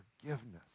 forgiveness